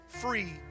free